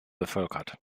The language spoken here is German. bevölkert